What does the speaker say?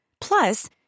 Plus